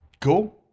Cool